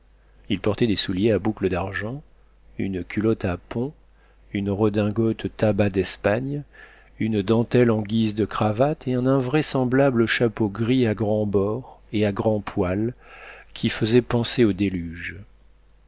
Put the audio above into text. il portait des souliers à boucles d'argent une culotte à pont une redingote tabac d'espagne une dentelle en guise de cravate et un invraisemblable chapeau gris à grands bords et à grands poils qui faisait penser au déluge